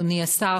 אדוני השר,